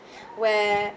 where